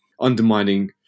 undermining